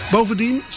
Bovendien